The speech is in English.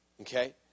Okay